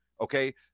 okay